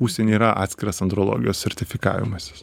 užsienyje yra atskiras andrologijos sertifikavimasis